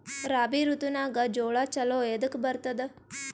ರಾಬಿ ಋತುನಾಗ್ ಜೋಳ ಚಲೋ ಎದಕ ಬರತದ?